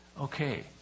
okay